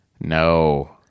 No